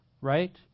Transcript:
right